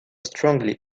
strongly